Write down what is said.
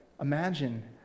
imagine